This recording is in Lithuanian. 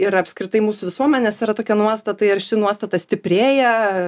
ir apskritai mūsų visuomenės yra tokia nuostata ir ši nuostata stiprėja